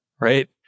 right